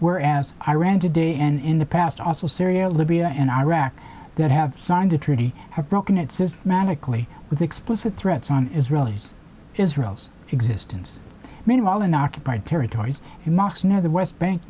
where as iran today and in the past also syria libya and iraq that have signed a treaty have broken it systematically with explicit threats on israeli israel's existence meanwhile in occupied territories the mosque near the west bank